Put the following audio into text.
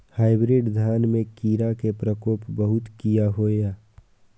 Hybrid धान में कीरा के प्रकोप बहुत किया होया?